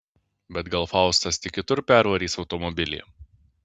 bet gal faustas tik kitur pervarys automobilį